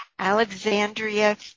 Alexandria